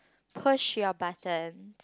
push your button